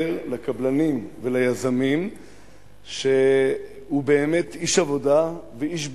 לקבלנים וליזמים שהוא באמת איש עבודה ואיש בנייה.